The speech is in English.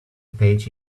page